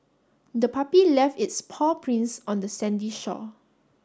the puppy left its paw prints on the sandy shore